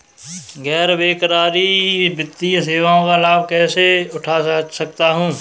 गैर बैंककारी वित्तीय सेवाओं का लाभ कैसे उठा सकता हूँ?